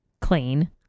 clean